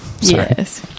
Yes